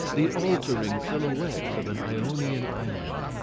the altering silhouettes of an ionian island.